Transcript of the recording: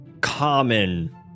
common